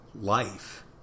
life